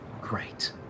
Great